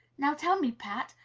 now tell me, pat,